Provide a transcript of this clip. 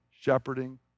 shepherding